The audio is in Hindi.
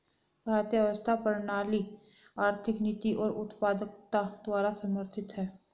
भारतीय अर्थव्यवस्था प्रणाली आर्थिक नीति और उत्पादकता द्वारा समर्थित हैं